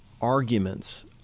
arguments